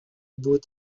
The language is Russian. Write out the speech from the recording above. будет